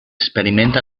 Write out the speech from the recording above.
experimenta